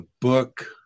book